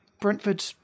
Brentford